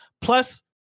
Plus